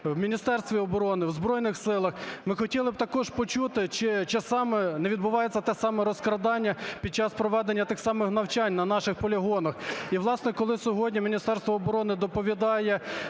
в Міністерстві оброни, в Збройних Силах, ми також хотіли почути, чи часом не відбувається те саме розкрадання під час проведення тих самих навчань на наших полігонах. І, власне, коли сьогодні Міністерство оборони доповідає,